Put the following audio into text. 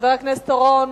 חבר הכנסת אורון.